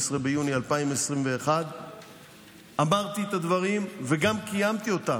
ביוני 2021 אמרתי את הדברים וגם קיימתי אותם,